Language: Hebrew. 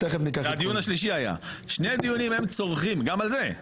שני דיונים הם צורחים גם על זה.